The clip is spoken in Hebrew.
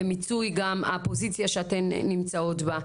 ומיצוי גם הפוזיציה שאתן נמצאות בה.